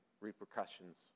repercussions